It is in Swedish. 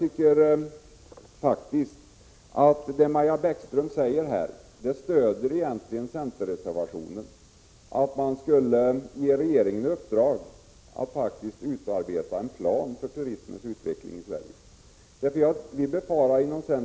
Det som Maja Bäckström sade om att man skulle ge regeringen i uppdrag att utarbeta en plan för turismens utveckling i Sverige stöder egentligen centerreservationen.